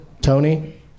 Tony